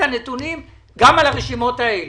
על הרשימות האלו.